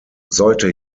sollte